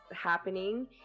happening